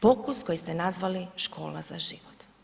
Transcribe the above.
Pokus koji ste nazvali škola za život.